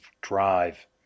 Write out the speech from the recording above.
drive